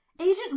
Agent